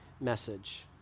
message